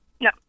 No